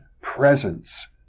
presence